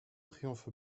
triomphe